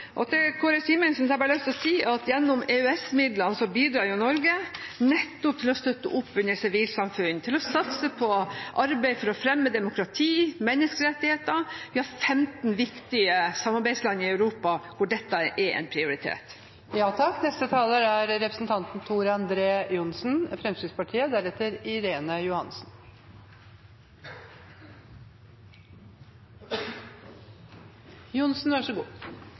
Til Kåre Simensen har jeg bare lyst til å si at gjennom EØS-midlene bidrar Norge nettopp til å støtte opp under sivilsamfunn, til å satse på arbeid for å fremme demokrati og menneskerettigheter. Vi har 15 viktige samarbeidsland i Europa hvor dette er en prioritet.